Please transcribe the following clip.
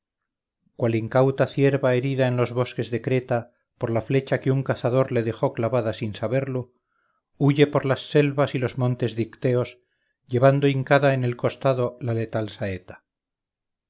cual incauta cierva herida en los bosques de creta por la flecha que un cazador le dejó clavada sin saberlo huye por las selvas y los montes dicteos llevando hincada en el costado la letal saeta